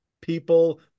people